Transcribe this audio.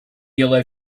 yellow